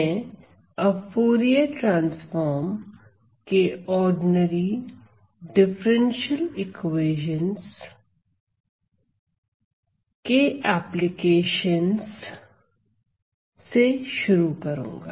मैं अब Fourier transform के ऑर्डिनरी डिफरेंशियल इक्वेशंस पर एप्लीकेशन से शुरू करूंगा